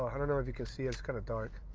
i don't know if you can see it's kind of dark.